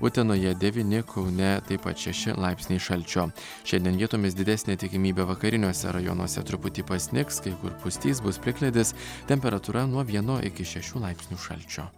utenoje devyni kaune taip pat šeši laipsniai šalčio šiandien vietomis didesnė tikimybė vakariniuose rajonuose truputį pasnigs kai kur pustys bus plikledis temperatūra nuo vieno iki šešių laipsnių šalčio